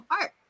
art